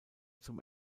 zum